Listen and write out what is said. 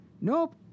Nope